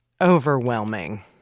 overwhelming